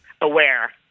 aware